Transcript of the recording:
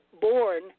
born